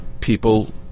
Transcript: people